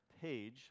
page